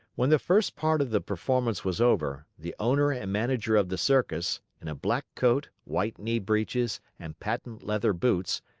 when the first part of the performance was over, the owner and manager of the circus, in a black coat, white knee breeches, and patent leather boots,